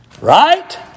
Right